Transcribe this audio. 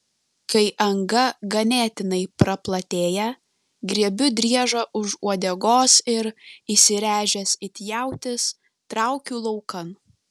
kai anga ganėtinai praplatėja griebiu driežą už uodegos ir įsiręžęs it jautis traukiu laukan